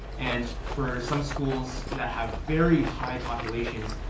and for some schools that have very high populations,